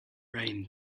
rain